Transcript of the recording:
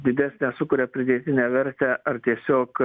didesnę sukuria pridėtinę vertę ar tiesiog